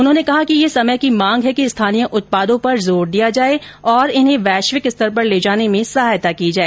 उन्होंने कहा कि यह समय की मांग है कि स्थानीय उत्पादों पर जोर दिया जाए और इन्हें वैश्विक स्तर पर ले जाने में सहायता की जाए